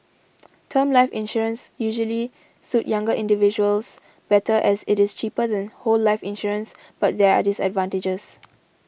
term life insurance usually suit younger individuals better as it is cheaper than whole life insurance but there are disadvantages